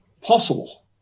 possible